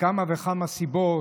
מכמה וכמה סיבות.